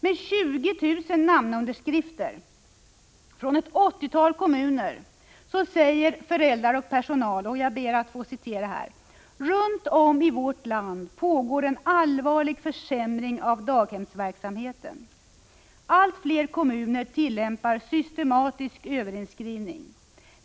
Med 20 000 namnunderskrifter från ett 80-tal kommuner säger föräldrar och personal: ”Runt om i vårt land pågår en allvarlig försämring av daghemsverksamheten. Allt fler kommuner tillämpar systematisk överinskrivning.